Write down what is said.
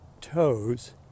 toes